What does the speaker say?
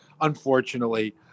unfortunately